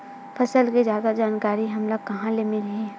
फसल के जादा जानकारी हमला कहां ले मिलही?